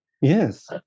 Yes